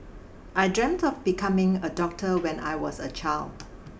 I dreamt of becoming a doctor when I was a child